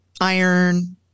iron